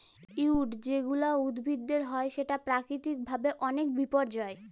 weed যেগুলা উদ্ভিদের হয় সেটা প্রাকৃতিক ভাবে অনেক বিপর্যই